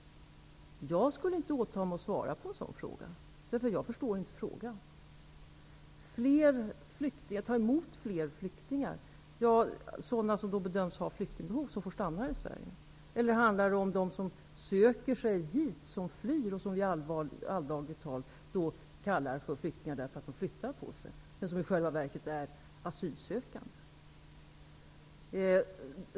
Jag skulle inte åta mig att svara på en sådan fråga. Jag förstår inte frågan. Det talas om att ta emot fler flyktingar. Är det sådana som bedöms ha flyktingbehov och som får stanna här i Sverige? Eller handlar det om dem som söker sig hit -- de som flyr och som vi i alldagligt tal kallar för flyktingar, eftersom de flyttar på sig -- men som i själva verket är asylsökande?